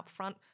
upfront